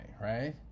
right